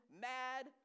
mad